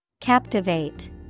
Captivate